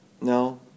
No